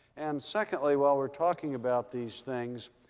and secondly, while we're talking about these things,